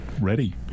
ready